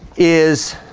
is